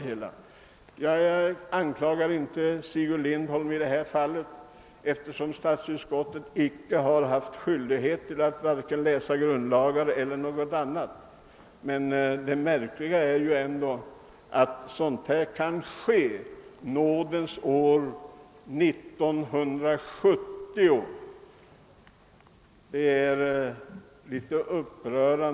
Jag anklagar inte herr Lindholm i detta fall, eftersom statsutskottets ledamöter icke har skyldighet att läsa grundlagar. Det är dock märkligt och upprörande att sådant kan få ske nådens år 1970.